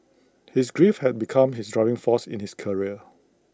his grief had become his driving force in his career